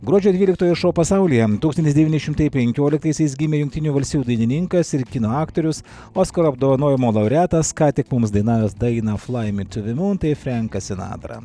gruodžio dvyliktoji šo pasaulyje tūkstantis devyni šimtai penkioliktaisiais gimė jungtinių valstijų dainininkas ir kino aktorius oskarų apdovanojimo laureatas ką tik mums dainavęs dainą flai my tu de mūn tai frenkas sinatra